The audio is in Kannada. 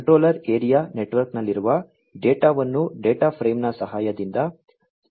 ಕಂಟ್ರೋಲರ್ ಏರಿಯಾ ನೆಟ್ವರ್ಕ್ನಲ್ಲಿರುವ ಡೇಟಾವನ್ನು ಡೇಟಾ ಫ್ರೇಮ್ನ ಸಹಾಯದಿಂದ ತಿಳಿಸಲಾಗುತ್ತದೆ